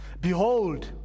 Behold